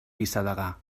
vicedegà